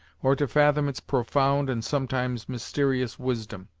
or to fathom its profound and sometimes mysterious wisdom.